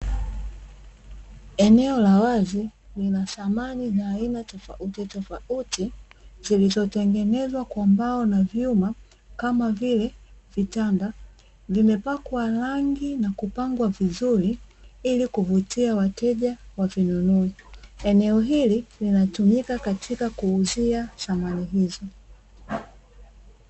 Eneo la wazi zilizotengenezwa kwa mbao, kama vile pako ili kuvutia wateja wa eneo hili, linatumika katika kuuzia samani hizo.